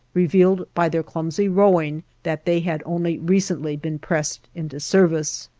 revealed by their clumsy rowing that they had only recently been pressed into service.